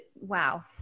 wow